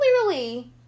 clearly